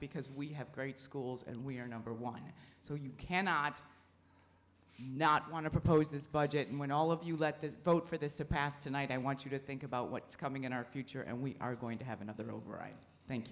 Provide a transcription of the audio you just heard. because we have great schools and we are number one so you cannot not want to propose this budget and when all of you let the vote for this to pass tonight i want you to think about what's coming in our future and we are going to have another